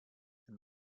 and